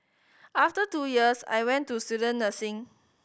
after two years I went to student nursing